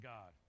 God